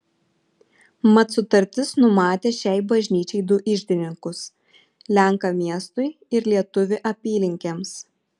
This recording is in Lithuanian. mat sutartis numatė šiai bažnyčiai du iždininkus lenką miestui ir lietuvį apylinkėms